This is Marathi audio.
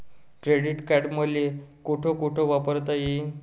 क्रेडिट कार्ड मले कोठ कोठ वापरता येईन?